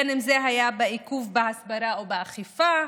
בין שזה היה בעיכוב בהסברה ובאכיפה,